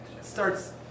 starts